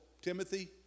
Timothy